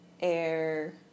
air